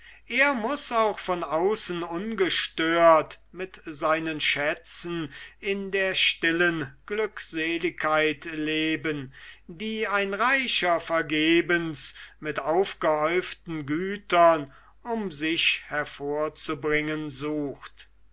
er muß auch von außen ungestört mit seinen schätzen in der stillen glückseligkeit leben die ein reicher vergebens mit aufgehäuften gütern um sich hervorzubringen sucht